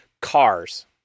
Cars